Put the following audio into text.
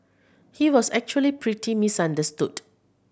he was actually pretty misunderstood